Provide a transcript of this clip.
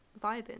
vibing